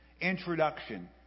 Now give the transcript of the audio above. introduction